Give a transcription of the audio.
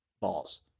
balls